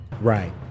right